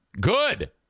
Good